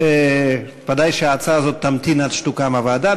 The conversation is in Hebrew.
ודאי שההצעה הזאת תמתין עד שתוקם הוועדה,